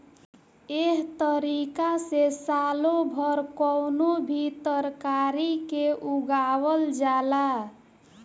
एह तारिका से सालो भर कवनो भी तरकारी के उगावल जाला